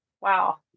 wow